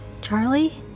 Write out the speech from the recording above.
Charlie